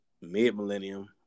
mid-millennium